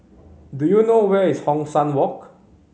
do you know where is Hong San Walk